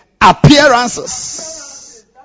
appearances